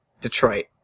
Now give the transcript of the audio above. Detroit